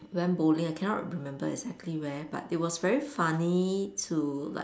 went bowling I cannot remember exactly where but it was very funny to like